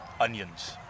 Onions